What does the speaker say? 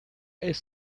est